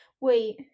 Wait